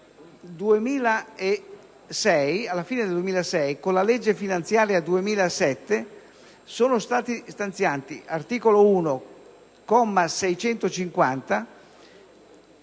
Alla fine del 2006, con la legge finanziaria 2007, sono state stanziate all'articolo 1,